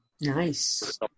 Nice